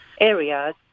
areas